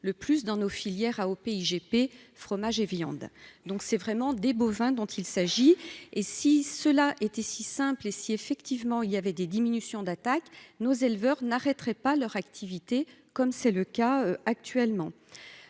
le plus dans nos filières à au pays GP fromages et viande, donc c'est vraiment des bovins dont il s'agit et si cela était si simple et si effectivement il y avait des diminutions d'attaque nos éleveurs n'arrêterait pas leur activité, comme c'est le cas actuellement,